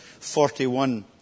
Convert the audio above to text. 41